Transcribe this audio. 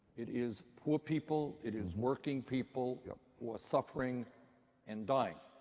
it is poor people. it is working people who are suffering and dying.